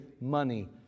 money